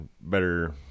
better